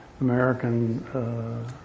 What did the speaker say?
American